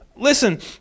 Listen